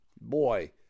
boy